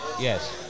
Yes